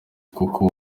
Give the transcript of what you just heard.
koko